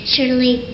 Surely